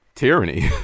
Tyranny